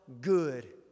good